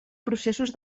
processos